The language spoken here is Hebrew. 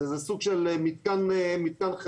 זה סוג של מתקן חירום,